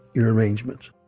your arrangements?